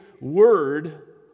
word